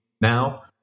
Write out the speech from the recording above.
now